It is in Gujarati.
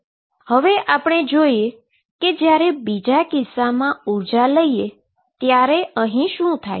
તો હવે આપણે જોઈએ કે જ્યારે બીજા કિસ્સામાં ઉર્જા લઈએ ત્યારે અહી શું થાય છે